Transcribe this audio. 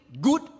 good